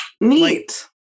Neat